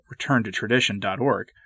returntotradition.org